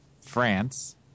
France